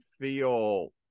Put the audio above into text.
feel